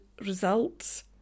results